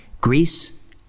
Greece